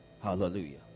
Hallelujah